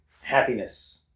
Happiness